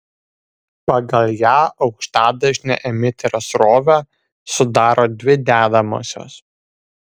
pagal ją aukštadažnę emiterio srovę sudaro dvi dedamosios